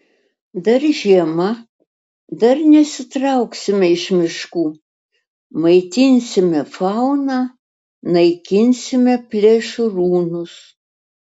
dar žiema dar nesitrauksime iš miškų maitinsime fauną naikinsime plėšrūnus